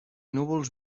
núvols